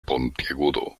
puntiagudo